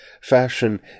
Fashion